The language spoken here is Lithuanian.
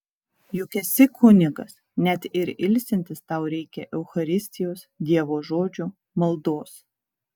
juk esi kunigas net ir ilsintis tau reikia eucharistijos dievo žodžio maldos